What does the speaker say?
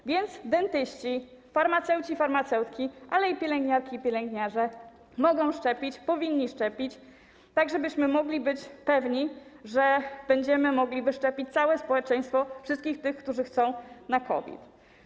A więc dentyści, farmaceuci, farmaceutki, ale też pielęgniarki i pielęgniarze mogą szczepić, powinni szczepić, tak żebyśmy mogli być pewni, że będziemy mogli wyszczepić całe społeczeństwo, wszystkich tych, którzy chcą, na COVID.